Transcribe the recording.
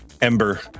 Ember